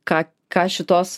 ką ką šitos